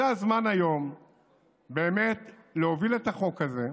זה הזמן היום באמת להוביל את החוק הזה,